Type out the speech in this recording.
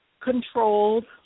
controlled